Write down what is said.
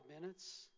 minutes